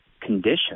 condition